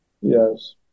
Yes